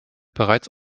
bereits